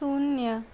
शून्य